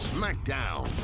SmackDown